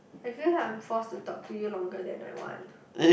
I feel like I'm forced to talk to you longer than I want to